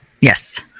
Yes